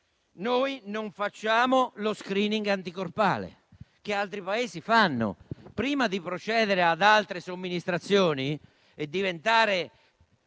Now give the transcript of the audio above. Non facciamo lo *screening* anticorpale, che altri Paesi fanno. Prima di procedere ad altre somministrazioni e di diventare